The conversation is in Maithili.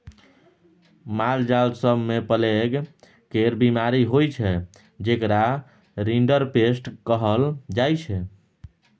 मालजाल सब मे प्लेग केर बीमारी होइ छै जेकरा रिंडरपेस्ट कहल जाइ छै